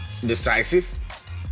decisive